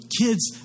kids